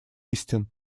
истин